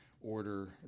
order